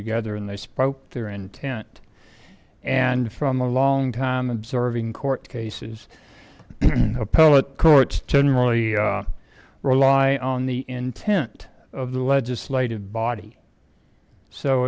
together and they spoke their intent and from a long time observing court cases appellate courts generally rely on the intent of the legislative body so